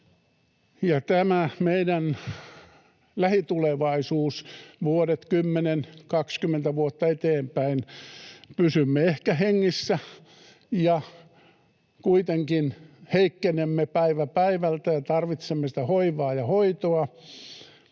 Tämän meidän lähitulevaisuuden vuodet, 10—20 vuotta eteenpäin, pysymme ehkä hengissä, kuitenkin heikkenemme päivä päivältä ja tarvitsemme sitä hoivaa ja hoitoa.